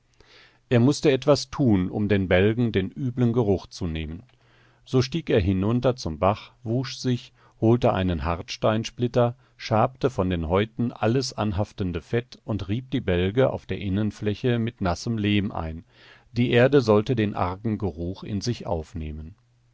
er mußte etwas tun um den bälgen den üblen geruch zu nehmen so stieg er hinunter zum bach wusch sich holte einen hartsteinsplitter schabte von den häuten alles anhaftende fett und rieb die bälge auf der innenfläche mit nassem lehm ein die erde sollte den argen geruch in sich aufnehmen